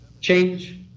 Change